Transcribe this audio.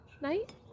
night